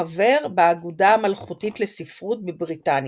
חבר באגודה המלכותית לספרות בבריטניה.